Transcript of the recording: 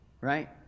right